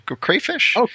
Crayfish